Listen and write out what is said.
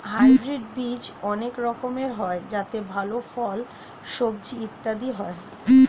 hybrid বীজ অনেক রকমের হয় যাতে ভালো ফল, সবজি ইত্যাদি হয়